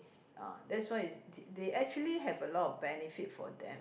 ah that's why it's th~ they actually have a lot of benefit for them